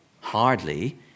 Hardly